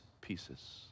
pieces